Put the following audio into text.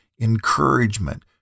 Encouragement